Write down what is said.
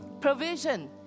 Provision